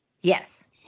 yes